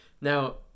now